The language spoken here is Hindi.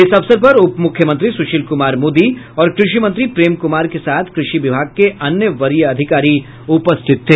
इस अवसर पर उपमुख्यमंत्री सुशील कुमार मोदी और कृषि मंत्री प्रेम कुमार के साथ कृषि विभाग के अन्य वरीय अधिकारी उपस्थित थे